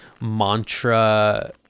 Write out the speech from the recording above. mantra